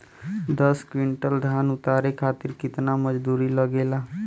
दस क्विंटल धान उतारे खातिर कितना मजदूरी लगे ला?